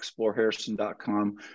exploreharrison.com